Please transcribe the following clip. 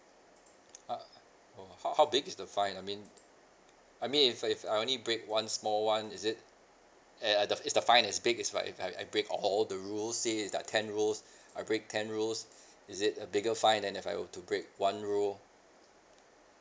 ah !wah! how how big is the fine I mean I mean if if I only break one small [one] is it eh the is the fine is big if I if I I break all the rules say like ten rules I break ten rules is it a bigger fine then if I were to break one rule